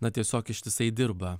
na tiesiog ištisai dirba